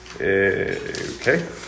okay